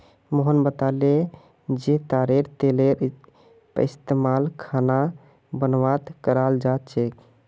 मोहन बताले जे तारेर तेलेर पइस्तमाल खाना बनव्वात कराल जा छेक